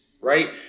right